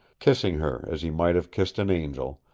kissing her as he might have kissed an angel,